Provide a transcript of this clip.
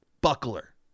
Buckler